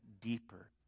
deeper